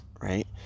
right